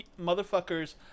motherfuckers